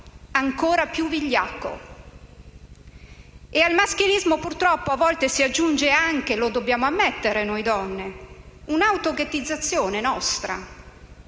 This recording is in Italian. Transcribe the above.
ancora più vigliacco. E al maschilismo purtroppo a volte si aggiunge anche - lo dobbiamo ammettere, noi donne - un'autoghettizzazione nostra,